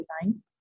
design